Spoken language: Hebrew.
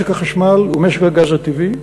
משק החשמל ומשק הגז הטבעי.